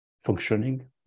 functioning